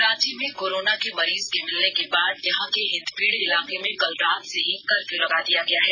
रांची में कोरोना की मरीज के मिलने के बाद यहां के हिन्दपीढी इलाके में कल रात से ही कर्फ्यू लगा दिया गया है